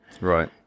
right